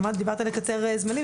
דיברת על לקצר זמנים,